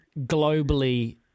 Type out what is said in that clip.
globally